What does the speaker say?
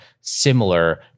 similar